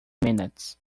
minutes